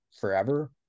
forever